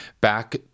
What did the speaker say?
back